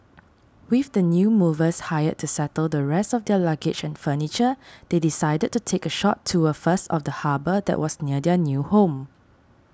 with the new movers hired to settle the rest of their luggage and furniture they decided to take a short tour first of the harbour that was near their new home